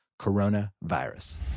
coronavirus